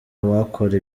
wakora